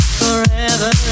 forever